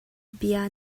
bia